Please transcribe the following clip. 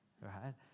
right